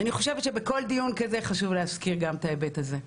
אני חושבת שבכל דיון כזה חשוב גם להזכיר גם את ההיבט הזה.